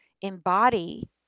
embody